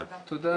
תודה,